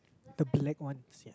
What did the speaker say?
the black ones